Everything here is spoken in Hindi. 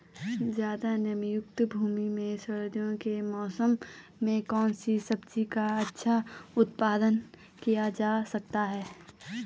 ज़्यादा नमीयुक्त भूमि में सर्दियों के मौसम में कौन सी सब्जी का अच्छा उत्पादन किया जा सकता है?